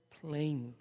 plainly